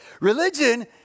Religion